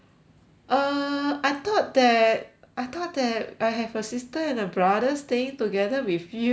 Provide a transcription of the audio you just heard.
err I thought that I thought that I have a sister and a brother staying together with you ah